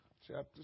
chapter